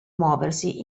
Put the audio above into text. muoversi